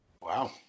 Wow